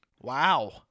Wow